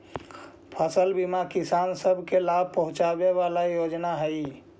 फसल बीमा किसान सब के लाभ पहुंचाबे वाला योजना हई